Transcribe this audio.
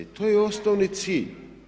I to je osnovni cilj.